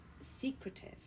secretive